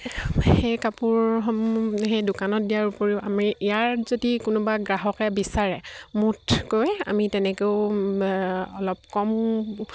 সেই কাপোৰসমূহ সেই দোকানত দিয়াৰ উপৰিও আমি ইয়াৰ যদি কোনোবা গ্ৰাহকে বিচাৰে মুঠকৈ আমি তেনেকেও অলপ কম